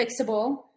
fixable